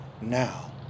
now